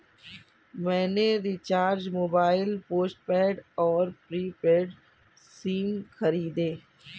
मैंने recharge mobile postpaid और prepaid SIM खरीदे